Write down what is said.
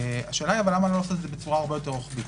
השאלה למה לא לעשות את זה בצורה יותר רוחבית,